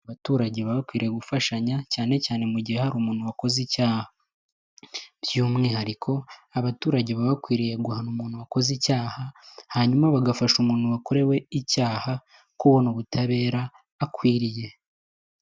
Abaturage baba bakwiriye gufashanya cyane cyane mu gihe hari umuntu wakoze icyaha by'umwihariko abaturage baba bakwiriye guhana umuntu wakoze icyaha hanyuma bagafasha umuntu wakorewe icyaha kubona ubutabera akwiriye.